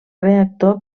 reactor